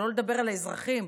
שלא לדבר על האזרחים,